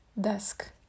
desk